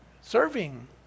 serving